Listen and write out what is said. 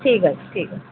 ଠିକ ଅଛି ଠିକ ଅଛି